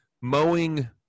mowing